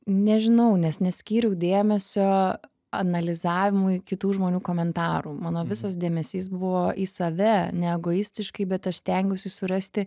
nežinau nes neskyriau dėmesio analizavimui kitų žmonių komentarų mano visas dėmesys buvo į save neogoistiškai bet aš stengiausi surasti